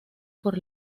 por